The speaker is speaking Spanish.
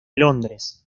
londres